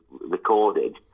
recorded